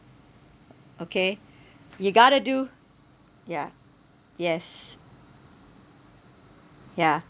okay you got to do ya yes ya